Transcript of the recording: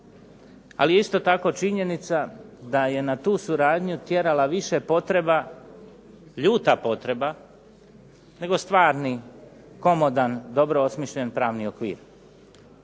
ali je isto tako činjenica da je na tu suradnju tjerala potreba, ljuta potreba, nego stvarni komotan, dobro osmišljen pravni okvir.